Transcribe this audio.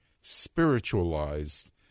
spiritualized